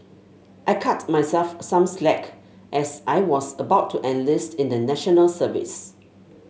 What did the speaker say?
I cut myself some slack as I was about to enlist in National Service